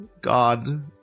God